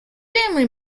family